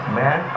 man